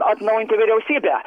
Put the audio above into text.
atnaujinti vyriausybę